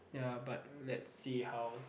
ya but let's see how